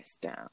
down